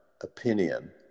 opinion